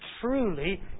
truly